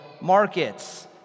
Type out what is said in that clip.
markets